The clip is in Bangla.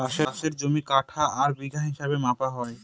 চাষের জমি কাঠা আর বিঘা হিসাবে মাপা হয়